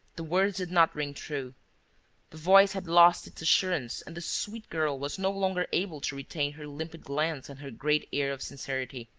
the words did not ring true. the voice had lost its assurance and the sweet girl was no longer able to retain her limpid glance and her great air of sincerity.